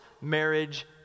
marriage